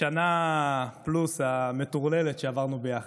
השנה פלוס המטורללת שעברנו יחד.